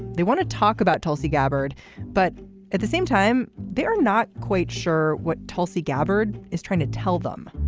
they want to talk about tulsi gabbard but at the same time they are not quite sure what tulsi gabbard is trying to tell them